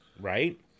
right